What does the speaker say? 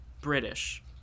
British